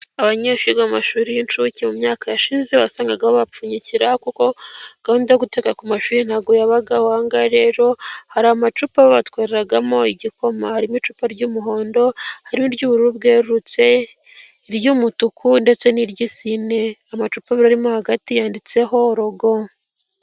Abanyeshuri bo mu mashuri y'incuke mu myaka yashize wasangaga babapfunyikira kuko gahunda yo guteka ku mashuri ntago yabagaho rero hari amacupa batwaragamo igikoma harimo icupa ry'umuhondo, hari iry'ubururu bwerutse, iry'umutuku ndetse n'iry'isine. Amacupa arimo hagati yanditseho logo.